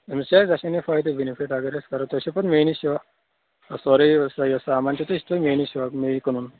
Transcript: امِس چھ اسہِ چھ نہٕ فٲیدَے بِنِفِٹ اگر أسۍ کرو تُہۍ ٲسِو پتہٕ میٚیی نِش یِوان سورے یہِ ہسا یہِ سامان تہِ تہٕ یہِ چھ تُہۍ میٚیہِ نِش میٚیی کٕنُن